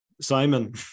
Simon